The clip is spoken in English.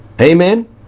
Amen